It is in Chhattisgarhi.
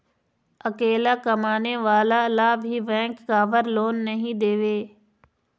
अकेला कमाने वाला ला भी बैंक काबर लोन नहीं देवे?